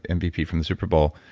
and mvp from the superbowl.